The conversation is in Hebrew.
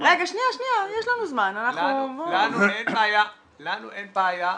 לנו אין בעיה בתקן.